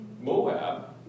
Moab